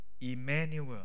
Emmanuel